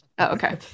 okay